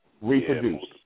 reproduce